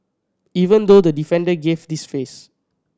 even though the defender gave this face